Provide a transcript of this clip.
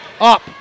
up